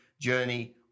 journey